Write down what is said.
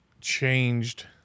changed